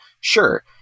Sure